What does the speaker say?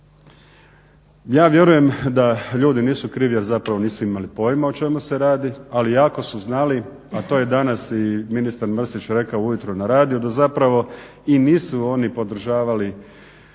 Ja vjerujem da ljudi nisu krivi, a zapravo nisu imali pojma o čemu se radi, ali ako su znali a to je danas i ministar Mrsić rekao ujutro na radiju da i nisu oni podržavali